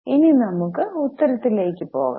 ഇനി നമുക്ക് ഉത്തരത്തിലേക്ക് പോകാം